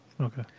Okay